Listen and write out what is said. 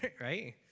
right